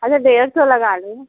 अरे डेढ़ सौ लगा लो